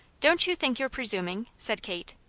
don't you think you're presuming? said kate.